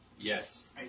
Yes